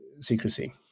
secrecy